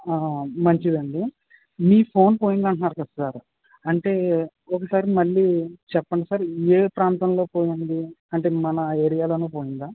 ఆ మంచిది అండి మీ ఫోన్ పోయింది అంటున్నారు కదా సార్ అంటే ఒకసారి మళ్ళీ చెప్పండి సార్ ఏ ప్రాంతంలో పోయింది అంటే మన ఏరియాలోనే పోయిందా